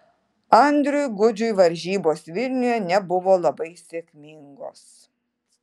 andriui gudžiui varžybos vilniuje nebuvo labai sėkmingos